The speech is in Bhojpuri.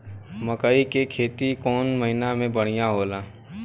मकई के खेती कौन महीना में बढ़िया होला?